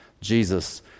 Jesus